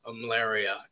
malaria